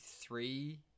three